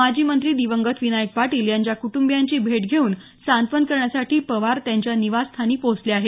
माजी मंत्री दिवंगत विनायक पाटील यांच्या कुटुंबियांची भेट घेऊन सांत्वन करण्यासाठी पवार त्यांच्या निवासस्थानी पोहोचले आहेत